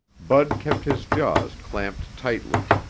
bud kept his jaws clamped tightly.